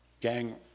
gang